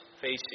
facing